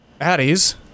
Addie's